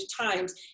times